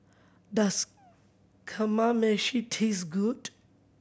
does Kamameshi taste good